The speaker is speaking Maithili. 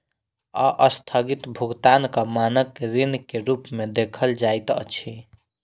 अस्थगित भुगतानक मानक ऋण के रूप में देखल जाइत अछि